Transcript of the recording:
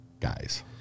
guys